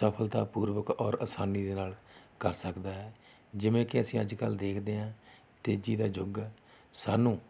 ਸਫਲਤਾ ਪੂਰਵਕ ਔਰ ਆਸਾਨੀ ਦੇ ਨਾਲ ਕਰ ਸਕਦਾ ਹੈ ਜਿਵੇਂ ਕਿ ਅਸੀਂ ਅੱਜ ਕੱਲ ਦੇਖਦੇ ਹਾਂ ਤੇਜ਼ੀ ਦਾ ਯੁੱਗ ਸਾਨੂੰ